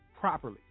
Properly